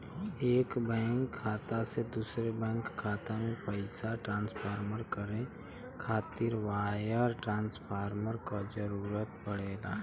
एक बैंक खाता से दूसरे बैंक खाता में पइसा ट्रांसफर करे खातिर वायर ट्रांसफर क जरूरत पड़ेला